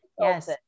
yes